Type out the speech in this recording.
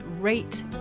rate